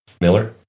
Miller